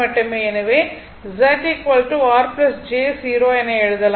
எனவே Z R j 0 என எழுதலாம்